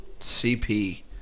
CP